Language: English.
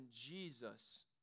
Jesus